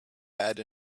had